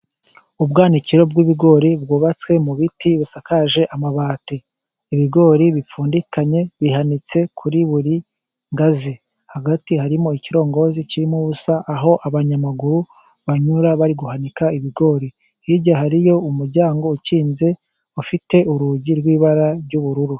Ubwanikiro bw'ibigori bwubatswe mu biti bisakaje amabati. Ibigori bipfundikanye, bihanitse kuri buri ngazi. Hagati harimo ikirongozi kirimo ubusa, aho abanyamaguru banyura bari guhanika ibigori. Hirya hari yo umuryango ukinze, ufite urugi rw'ibara ry'ubururu.